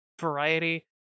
variety